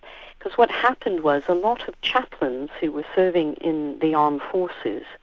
because what happened was, a lot of chaplains who were serving in the armed forces,